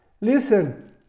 listen